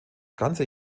ganze